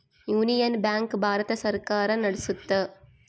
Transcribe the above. union bank Bharat ಸರ್ಕಾರ ನಡ್ಸುತ್ತ